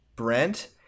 Brent